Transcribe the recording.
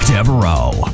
Devereaux